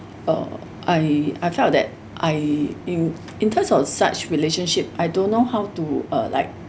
uh I I felt that I in in terms of such relationship I don't know how to uh like